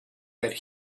that